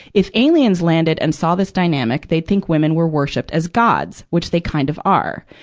if aliens landed and saw this dynamic, they'd think women were worshipped as gods, which they kind of are.